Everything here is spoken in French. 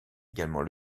également